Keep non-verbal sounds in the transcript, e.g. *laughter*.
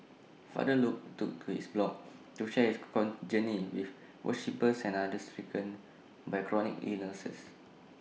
father Luke took to his blog *noise* to share his con journey with worshippers and others stricken by chronic illnesses